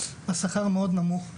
השכר מאוד נמוך.